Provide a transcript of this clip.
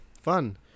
Fun